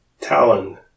Talon